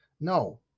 no